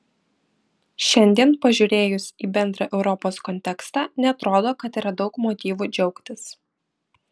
šiandien pažiūrėjus į bendrą europos kontekstą neatrodo kad yra daug motyvų džiaugtis